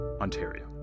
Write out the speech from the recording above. Ontario